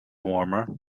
warmer